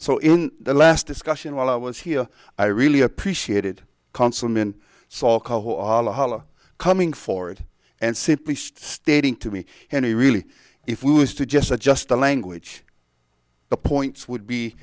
so in the last discussion while i was here i really appreciated councilman sawka who are coming forward and simply stating to me he really if we was to just adjust the language the points would be